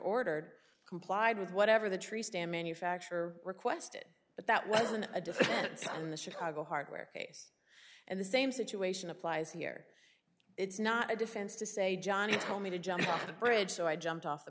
ordered complied with whatever the tree stand manufacturer requested but that wasn't a defense in the chicago hardware case and the same situation applies here it's not a defense to say johnny told me to jump off the bridge so i jumped off the